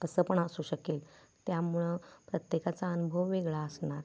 तसं पण असू शकेल त्यामुळं प्रत्येकाचा अनुभव वेगळा असणार